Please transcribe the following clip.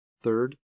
third